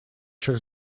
через